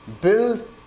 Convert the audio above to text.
build